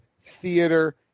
theater